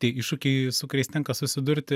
tai iššūkiai su kuriais tenka susidurti